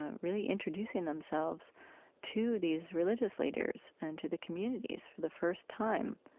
ah really introducing themselves to these religious leaders and to the communities for the first time.